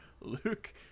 Luke